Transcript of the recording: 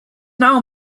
now